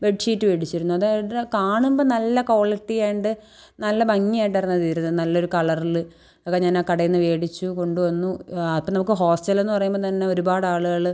bedsheet മേടിച്ചിരുന്നു അതവിടെ കാണുമ്പം നല്ല ക്വാളിറ്റിയുണ്ട് നല്ല ഭംഗി കണ്ടായിരുന്നത് കയറിയത് നല്ലൊരു കളർൽ ഒക്കെ ഞാനാ കടേന്ന് മേടിച്ചു കൊണ്ട് വന്നു അപ്പം നമുക്ക് ഹോസ്റ്റലെന്ന് പറയുമ്പം തന്നെ ഒരുപാടാളുകൾ